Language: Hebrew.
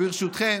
ברשותכם,